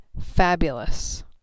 fabulous